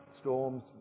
storms